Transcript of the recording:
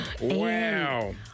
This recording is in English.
Wow